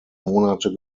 monate